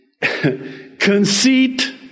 conceit